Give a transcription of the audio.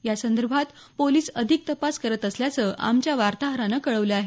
यासंदर्भात पोलीस अधिक तपास करत असल्याचं आमच्या वार्ताहरानं कळवलं आहे